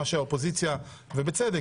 מה שהאופוזיציה ובצדק,